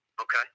Okay